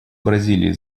бразилии